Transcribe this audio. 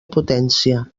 potència